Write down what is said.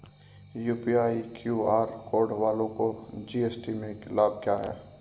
UPI QR code वालों को GST में लाभ क्या है?